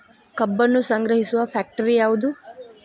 ಕಬ್ಬನ್ನು ಸಂಗ್ರಹಿಸುವ ಫ್ಯಾಕ್ಟರಿ ಯಾವದು?